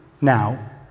now